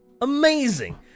Amazing